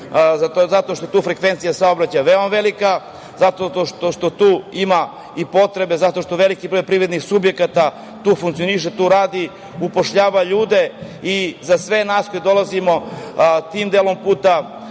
zato što je tu frekvencija saobraćaja veoma velika, zato što tu ima i potrebe jer veliki broj privrednih subjekata tu funkcioniše, radi, upošljava ljude, i za sve nas koji dolazimo tim delom puta